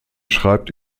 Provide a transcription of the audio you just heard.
schreibt